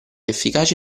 efficaci